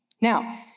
Now